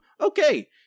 Okay